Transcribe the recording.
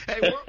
Hey